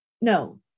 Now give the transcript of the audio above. no